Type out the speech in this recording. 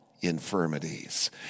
infirmities